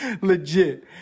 Legit